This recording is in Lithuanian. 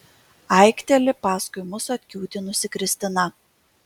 aikteli paskui mus atkiūtinusi kristina